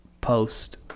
post